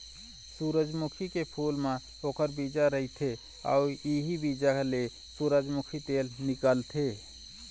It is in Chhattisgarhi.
सूरजमुखी के फूल म ओखर बीजा रहिथे अउ इहीं बीजा ले सूरजमूखी तेल निकलथे